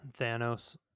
thanos